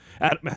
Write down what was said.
Adam